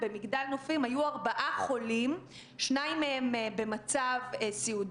והחיים שלהם באמת לא שווים פחות.